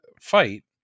fight